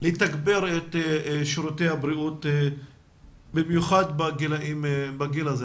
לתגבר את שירותי הבריאות, במיוחד בגילאים האלה.